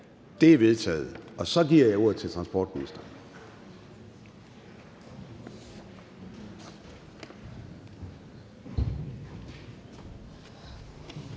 De er vedtaget. Så giver jeg ordet til transportministeren.